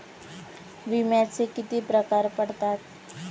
विम्याचे किती प्रकार पडतात?